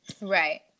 Right